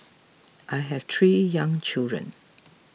I have three young children